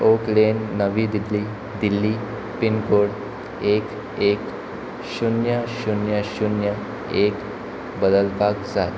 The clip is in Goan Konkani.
ओक लेन नवी दिल्ली दिल्ली पिनकोड एक शुन्य शुन्य शुन्य एक बदलपाक जाय